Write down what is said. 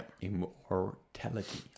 immortality